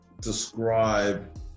describe